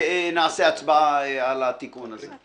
ונעשה הצבעה על התיקון הזה.